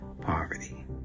poverty